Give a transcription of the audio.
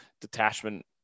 detachment